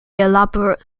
elaborate